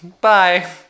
Bye